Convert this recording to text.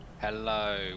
Hello